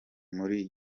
muri